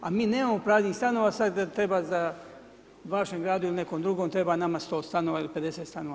A mi nemamo praznih stanova, sad nam treba za vašem gradu ili nekom drugom, treba nama 100 stanova ili 50 stanova.